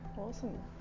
Awesome